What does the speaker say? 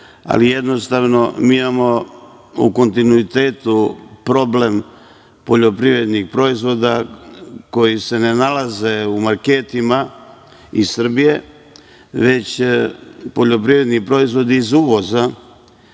ali jednostavno mi imamo u kontinuitetu problem poljoprivrednih proizvoda koji se ne nalaze u marketima iz Srbije, već poljoprivredni proizvodi iz uvoza,